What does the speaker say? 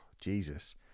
Jesus